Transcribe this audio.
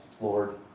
Lord